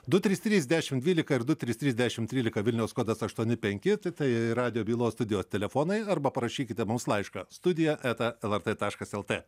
du trys trys dešim dvylika ir du trys trys dešim trylika vilniaus kodas aštuoni penki tai radijo bylos studijos telefonai arba parašykite mums laišką studija eta lrt taškas lt